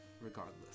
Regardless